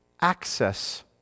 access